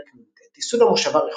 פרק נט ייסוד המושבה רחובות,